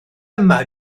yma